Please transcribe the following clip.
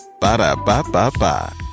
Ba-da-ba-ba-ba